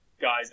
guys